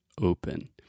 open